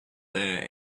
there